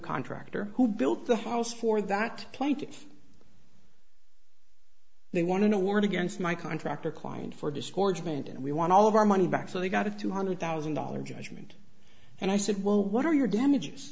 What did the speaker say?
contractor who built the house for that plant they want to work against my contractor client for discordant and we want all of our money back so they got a two hundred thousand dollars judgment and i said well what are your damages